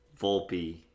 Volpe